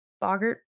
Bogart